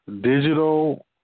digital